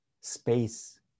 space